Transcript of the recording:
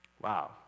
Wow